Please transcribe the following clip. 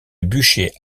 bûcher